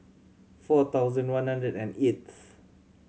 four thousand one hundred and eighth